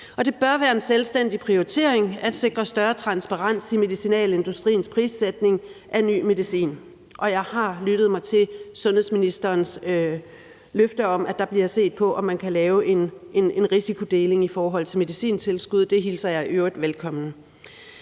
Det bør også være en selvstændig prioritering at sikre større transparens i medicinalindustriens prissætning af ny medicin, og jeg har lyttet til sundhedsministerens løfte om, at der bliver set på, om man kan lave en risikodeling i forhold til medicintilskud. Det hilser jeg velkommen.